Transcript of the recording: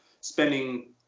spending